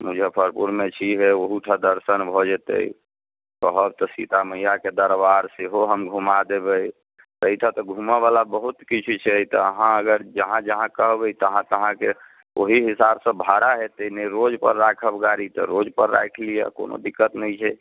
मुजफ्फरपुरमे छैहे ओहोठाम दर्शन भऽ जेतै कहब तऽ सीता मैयाके दरबार सेहो हम घूमा देबै एहिठाँ तऽ घूमऽ बला बहुत किछु छै तऽ अहाँ अगर जहाँ जहाँ कहबै तहाँ तहाँके ओहि हिसाबसँ भाड़ा हेतै नहि रोज पर राखब गाड़ी तऽ रोज पर राखि लिअ कोनो दिक्कत नहि छै